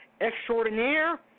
Extraordinaire